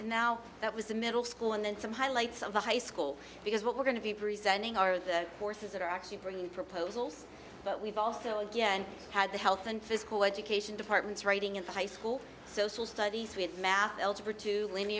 linda now that was a middle school and then some highlights of the high school because what we're going to be presenting are the courses that are actually bringing proposals but we've also had the health and physical education departments writing in the high school social studies with math algebra two linear